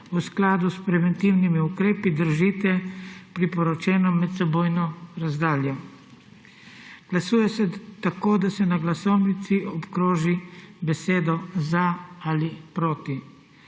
v skladu s preventivnimi ukrepi, držite priporočeno medsebojno razdaljo. Glasuje se tako, da se na glasovnici obkroži beseda za ali beseda